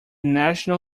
national